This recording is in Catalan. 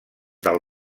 del